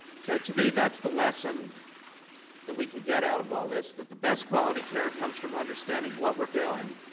so, to me, that's the lesson that we can get out of all this that the best quality care comes from understanding what we're doing,